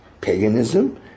paganism